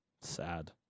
Sad